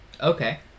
Okay